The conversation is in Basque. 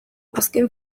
azken